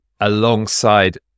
alongside